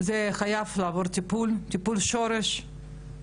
זה חייב לעבור טיפול, טיפול שורש.